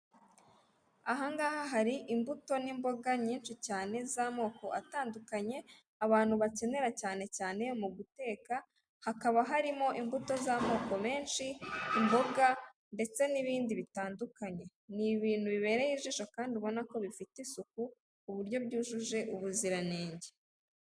Aha ngaha hari imbuto n'imboga nyinshi cyane z'amoko atandukanye abantu bakenera cyane cyane mu guteka, hakaba harimo imbuto z'amoko menshi, imboga ndetse n'ibindi bitandukanye. Ni ibintu bibereye ijisho kandi ubona ko bifite isuku ku buryo byujuje ubuziranenge.